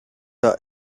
the